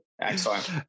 excellent